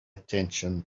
attention